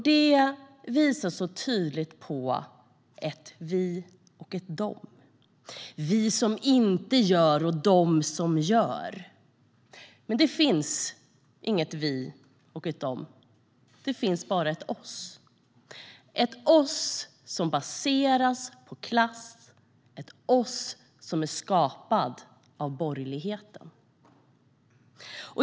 Det visar så tydligt ett "vi" och ett "de" - vi som inte gör och de som gör. Men det finns inget "vi och de". Det finns bara ett "oss", och det baseras på klass och är skapat av borgerligheten.